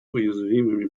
уязвимыми